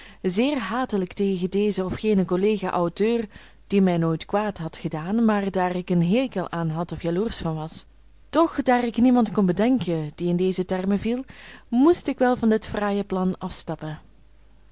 zeer hatelijk tegen dezen of genen collega auteur die mij nooit kwaad had gedaan maar daar ik een hekel aan had of jaloersch van was doch daar ik niemand kon bedenken die in deze termen viel moest ik wel van dit fraaie plan afstappen